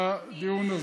בדיון הזה.